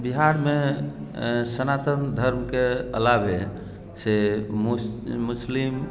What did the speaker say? बिहारमे सनातन धर्मके अलावे से मुस मुस्लिम